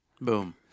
Boom